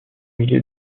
milieu